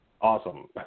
awesome